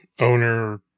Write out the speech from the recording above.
owner